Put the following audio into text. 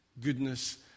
goodness